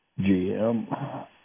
GM